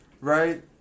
right